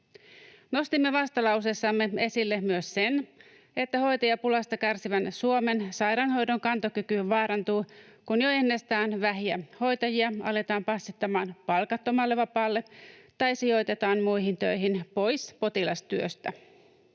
Nostimme vastalauseessamme esille myös sen, että hoitajapulasta kärsivän Suomen sairaanhoidon kantokyky vaarantuu, kun jo ennestään vähiä hoitajia aletaan passittamaan palkattomalle vapaalle tai sijoitetaan muihin töihin pois potilastyöstä.